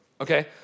Okay